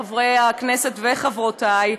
חבריי חברי הכנסת, וחברותיי,